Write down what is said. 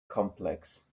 complex